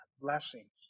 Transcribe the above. blessings